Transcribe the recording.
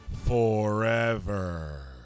forever